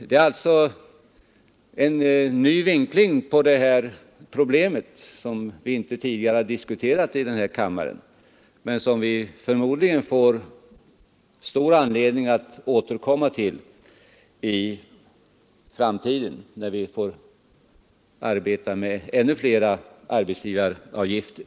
Det här är en ny vinkling på ett problem som vi inte tidigare har diskuterat i kammaren men som vi förmodligen får stor anledning att återkomma till — när det blir ännu fler arbetsgivaravgifter.